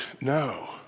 No